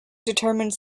determines